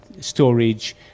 storage